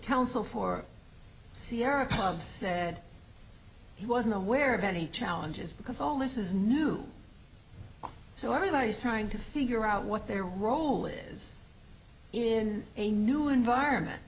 counsel for sierra club said he wasn't aware of any challenges because all this is new so everybody is trying to figure out what their role is in a new environment